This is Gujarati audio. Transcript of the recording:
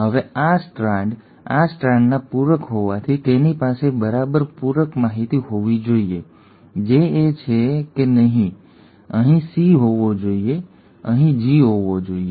હવે આ સ્ટ્રાન્ડ આ સ્ટ્રાન્ડના પૂરક હોવાથી તેની પાસે બરાબર પૂરક માહિતી હોવી જોઈએ જે એ છે કે તેને અહીં સી હોવો જોઈએ અહીં એક જી હોવો જોઈએ અને એ અહીં બીજો એ અહીં અહીંનો ટી અને અહીંનો ટી હોવો જોઈએ